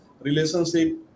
Relationship